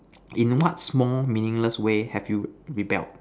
in what small meaningless way have you rebelled